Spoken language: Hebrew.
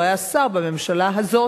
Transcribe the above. לא היה שר בממשלה הזאת,